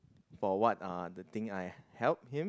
for what uh the thing I help him